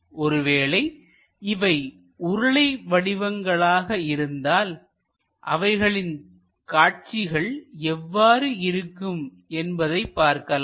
ஒருவேளை இவை உருளை வடிவங்களாக இருந்தால் அவைகளின் காட்சிகள் எவ்வாறு இருக்கும் என்பதை பார்க்கலாம்